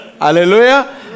Hallelujah